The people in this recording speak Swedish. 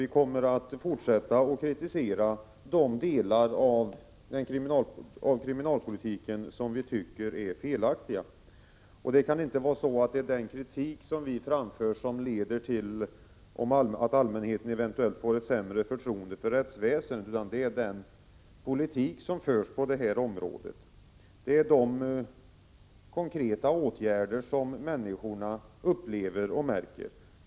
Vi kommer att fortsätta att kritisera de delar av kriminalpolitiken som vi tycker är felaktiga. Det kan inte vara så att det är den kritik som vi framför som leder till att allmänheten eventuellt får ett sämre förtroende för rättsväsendet, utan det gör den politik som förs på detta område. Det är ju de konkreta åtgärderna som människorna märker.